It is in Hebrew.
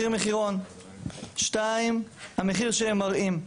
מחיר מחירון, שתיים, המחיר שהם מראים.